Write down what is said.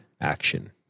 action